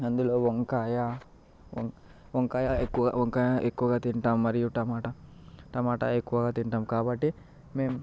అందులో వంకాయ వంకా వంకాయ ఎక్కువగా వంకాయ ఎక్కువగా తింటాము మరియు టమాట టమాట ఎక్కువగా తింటాం కాబట్టి మేము